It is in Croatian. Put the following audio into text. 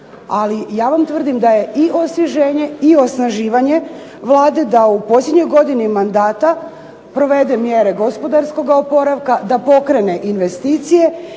ali ja vam tvrdim da je i osvježenje i osnaživanje Vlade, da u posljednjoj godini mandata provede mjere gospodarskoga oporavka, da pokrene investicije